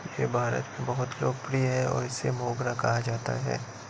यह भारत में बहुत लोकप्रिय है और इसे मोगरा कहा जाता है